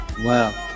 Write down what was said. Wow